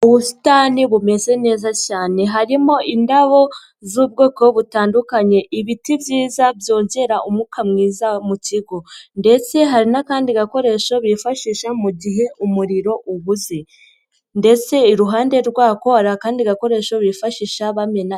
Ubusitani bumeze neza cyane harimo indabo z'ubwoko butandukanye, ibiti byiza byongera umwuka mwiza mu kigo ndetse hari n'akandi gakoresho bifashisha mu gihe umuriro ubuze ndetse iruhande rwako hari akandi gakoresho bifashisha bamena...